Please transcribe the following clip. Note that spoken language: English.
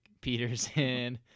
Peterson